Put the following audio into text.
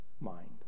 mind